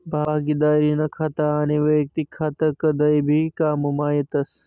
भागिदारीनं खातं आनी वैयक्तिक खातं कदय भी काममा येतस